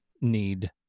need